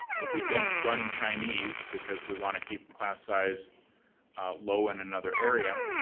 if we don't run chinese because we want to keep class size low in another area,